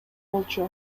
болчу